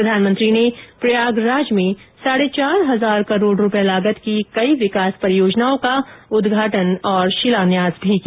प्रधानमंत्री ने प्रयागराज में साढ़े चार हजार करोड़ रुपए लागत की कई विकास परियोजनाओं का उद्घाटन और शिलान्यास किया